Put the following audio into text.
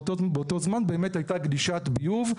באותו זמן באמת הייתה גלישת ביוב.